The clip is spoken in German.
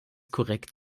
korrekt